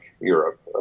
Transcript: Europe